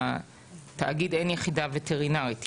בתאגיד אין יחידה וטרינרית.